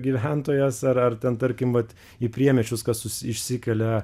gyventojas ar ar ten tarkim vat į priemiesčius kas išsikelia